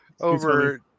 over